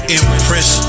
impress